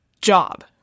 job